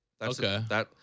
Okay